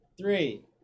Three